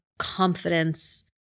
confidence